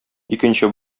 икенче